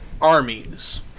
armies